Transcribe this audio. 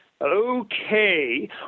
Okay